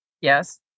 yes